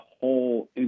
whole